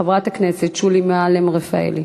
חברת הכנסת שולי מועלם-רפאלי.